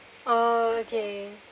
oh okay